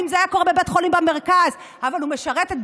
אם זה היה קורה בבית חולים במרכז,